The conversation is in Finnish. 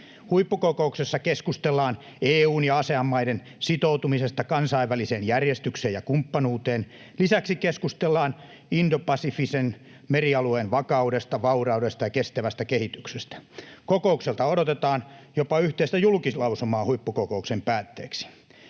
Huippukokouksessa keskustellaan EU:n ja Asean-maiden sitoutumisesta kansainväliseen järjestykseen ja kumppanuuteen. Lisäksi keskustellaan indopasifisen merialueen vakaudesta, vauraudesta ja kestävästä kehityksestä. Kokoukselta odotetaan jopa yhteistä julkilausumaa huippukokouksen päätteeksi.